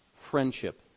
friendship